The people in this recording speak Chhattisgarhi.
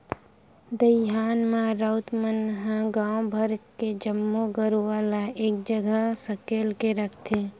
दईहान म राउत मन ह गांव भर के जम्मो गरूवा ल एक जगह सकेल के रखथे